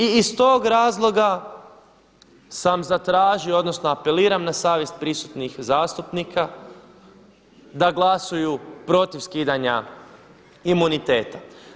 I iz tog razloga sam zatražio, odnosno apeliram na savjest prisutnih zastupnika da glasuju protiv skidanja imuniteta.